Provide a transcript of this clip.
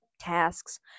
tasks